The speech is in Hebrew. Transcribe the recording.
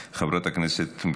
חבר הכנסת צבי ידידיה סוכות,